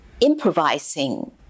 improvising